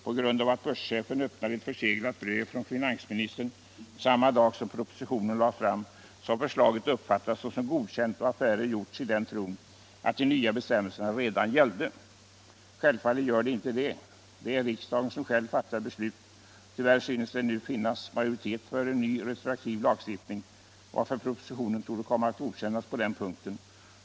På grund av att börschefen öppnade ett förseglat brev från finansministern samma dag som propositionen lades fram, så har förslaget uppfattats som godkänt och affärer gjorts i den tron att de nya bestämmelserna redan gällde. Självfallet gör de inte det. Det är riksdagen som fattar beslut. Tyvärr synes det nu finnas majoritet för en ny retroaktiv lagstiftning, varför propositionen torde komma att godkännas på den punkten.